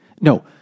No